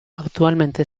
actualmente